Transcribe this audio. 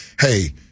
hey